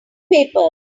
papers